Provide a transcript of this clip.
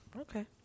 Okay